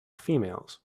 females